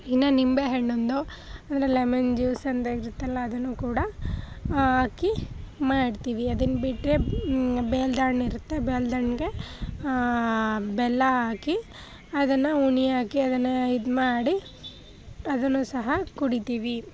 ಇನ್ನು ನಿಂಬೆ ಹಣ್ಣಿಂದು ಅಂದರೆ ಲೆಮನ್ ಜ್ಯೂಸ್ ಅಂತ ಇರುತ್ತಲ್ಲ ಅದನ್ನು ಕೂಡ ಹಾಕಿ ಮಾಡ್ತೀವಿ ಅದನ್ನು ಬಿಟ್ಟರೆ ಬೇಲ್ದಣ್ಣು ಇರುತ್ತೆ ಬೇಲ್ದಣ್ಣಿಗೆ ಬೆಲ್ಲ ಹಾಕಿ ಅದನ್ನು ಉಣಿ ಹಾಕಿ ಅದನ್ನು ಇದು ಮಾಡಿ ಅದನ್ನು ಸಹ ಕುಡಿತೀವಿ